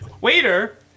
Waiter